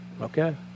okay